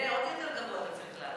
אבל את אלה עוד יותר גבוה אתה צריך לעלות.